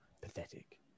Pathetic